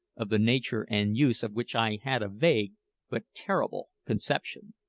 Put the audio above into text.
of the nature and use of which i had a vague but terrible conception.